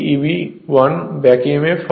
সুতরাং এটি Eb 1 back emf হয়